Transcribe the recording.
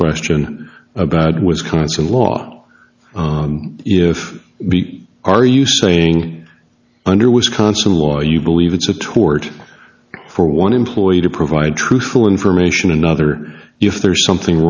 question about wisconsin law if we are you saying under wisconsin law you believe it's a tort for one employee to provide truthful information another if there's something